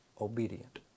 obedient